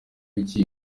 iki